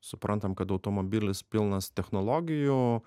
suprantam kad automobilis pilnas technologijų